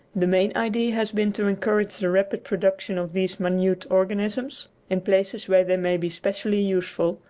the main idea has been to encourage the rapid production of these minute organisms in places where they may be specially useful,